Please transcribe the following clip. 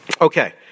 Okay